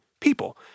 people